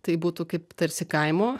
tai būtų kaip tarsi kaimo